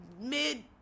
mid